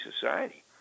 society